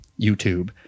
YouTube